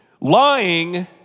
Lying